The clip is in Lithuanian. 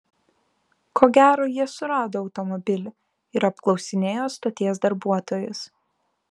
ko gero jie surado automobilį ir apklausinėjo stoties darbuotojus